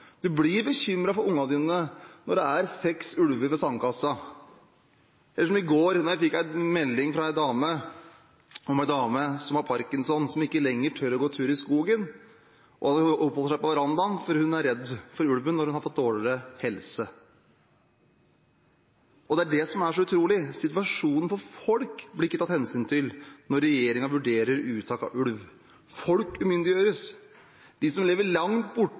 blir bekymret for ungene sine når det er seks ulver ved sandkassen – eller som i går, da jeg fikk en melding fra en dame om en som har Parkinsons sykdom, som ikke lenger tør å gå tur i skogen, men oppholder seg på verandaen, for hun er redd for ulven når hun har fått dårligere helse. Det er det som er så utrolig – situasjonen til folk blir ikke tatt hensyn til når regjeringen vurderer uttak av ulv. Folk umyndiggjøres. De som lever langt borte